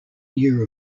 year